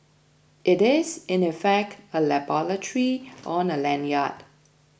it is in effect a laboratory on a lanyard